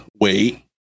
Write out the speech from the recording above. wait